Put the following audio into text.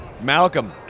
Malcolm